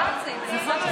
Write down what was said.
סובה, היא חתמה על זה.